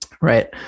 right